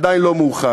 שעדיין לא מאוחר,